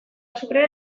azukrea